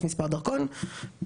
שנת כניסה לישראל,